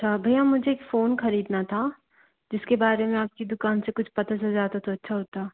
हाँ भैया मुझे एक फोन ख़रीदना था जिसके बारे में आपकी दुकान से कुछ पता चल जाता तो अच्छा होता